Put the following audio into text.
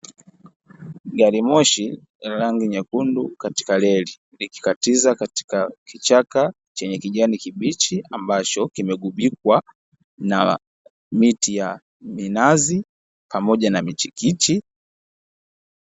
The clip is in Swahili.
Gari moshi la rangi nyekundu katika reli, likikatiza katika kichaka chenye kijani kibichi ambacho kimegubikwa na miti ya minazi pamoja na michikichi.